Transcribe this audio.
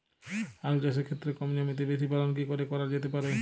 আলু চাষের ক্ষেত্রে কম জমিতে বেশি ফলন কি করে করা যেতে পারে?